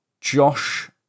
Josh